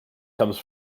comes